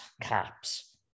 caps